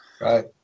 Right